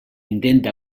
intenta